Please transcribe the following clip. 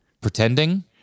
pretending